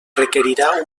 requerirà